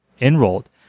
enrolled